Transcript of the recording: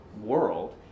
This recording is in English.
world